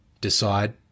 decide